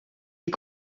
est